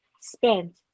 spent